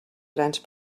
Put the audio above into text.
grans